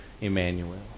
Emmanuel